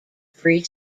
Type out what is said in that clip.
free